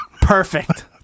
Perfect